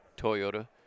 Toyota